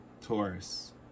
Taurus